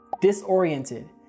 disoriented